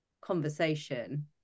conversation